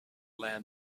land